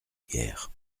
guerre